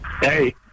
Hey